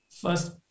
first